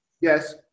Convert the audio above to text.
Yes